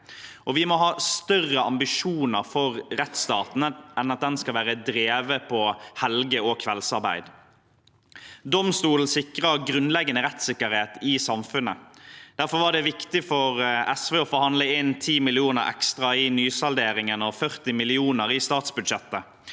Vi må ha større ambisjoner for rettsstaten enn at den skal være drevet på helge- og kveldsarbeid. Domstolen sikrer grunnleggende rettssikkerhet i samfunnet. Derfor var det viktig for SV å forhandle inn 10 mill. kr ekstra i nysal deringen og 40 mill. kr i statsbudsjettet.